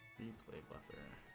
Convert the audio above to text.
be played but